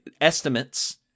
estimates